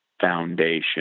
foundation